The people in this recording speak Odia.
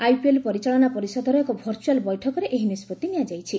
ଆଇପିଏଲ୍ ପରିଚାଳନା ପରିଷଦର ଏକ ଭର୍ଚୁଆଲ୍ ବୈଠକରେ ଏହି ନିଷ୍ପଭି ନିଆଯାଇଛି